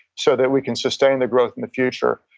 so that we can sustain the growth and the future.